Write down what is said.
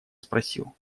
спросил